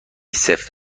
سفت